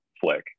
flick